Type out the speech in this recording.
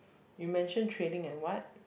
you mention trading and what